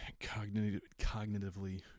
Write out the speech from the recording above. cognitively